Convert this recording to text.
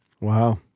Wow